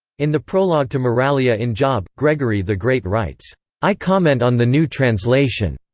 in the prologue to moralia in job, gregory the great writes i comment on the new translation.